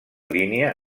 línia